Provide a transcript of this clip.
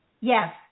Yes